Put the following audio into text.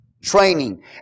training